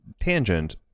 tangent